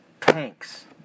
tanks